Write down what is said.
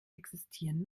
existieren